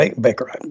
Baker